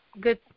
Good